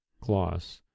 Gloss